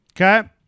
okay